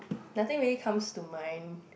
nothing really comes to mind